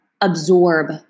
absorb